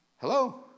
Hello